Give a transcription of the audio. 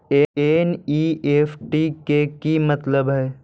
NEFT के कि मतलब होइ?